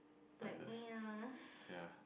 like ya